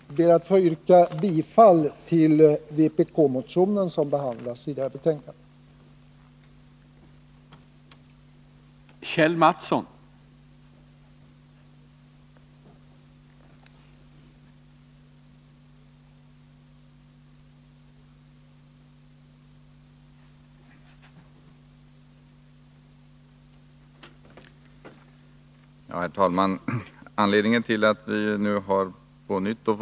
Jag ber att få yrka bifall till den vpk-motion som behandlas i civilutskottets betänkande. tiska åtgärder tiska åtgärder